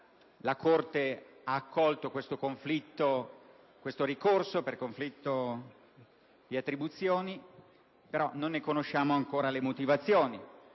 la quale ha accolto il ricorso per conflitto di attribuzioni, però non ne conosciamo ancora le motivazioni;